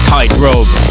Tightrope